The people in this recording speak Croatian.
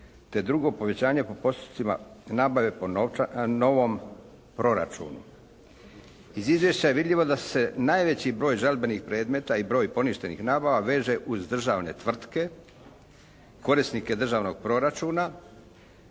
te drugo povećanje po postupcima nabave po novom proračunu. Iz izvješća je vidljivo da se najveći broj žalbenih predmeta i broj poništenih nabava veže uz državne tvrtke, korisnike državnog proračuna